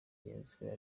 genzura